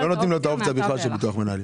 לא נותנים לו את האופציה בכלל של ביטוח מנהלים.